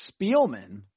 Spielman